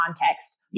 context